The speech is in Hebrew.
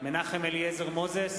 מנחם אליעזר מוזס,